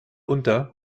unter